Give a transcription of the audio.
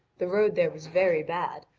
the road there was very bad,